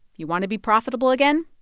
you want to be profitable again?